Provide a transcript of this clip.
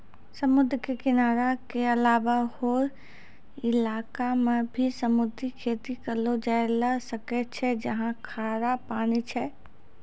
समुद्र के किनारा के अलावा हौ इलाक मॅ भी समुद्री खेती करलो जाय ल सकै छै जहाँ खारा पानी छै